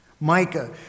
Micah